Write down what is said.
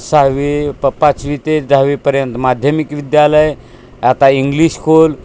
सहावी पाचवी ते दहावीपर्यंत माध्यमिक विद्यालय आता इंग्लिश खोल